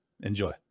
Enjoy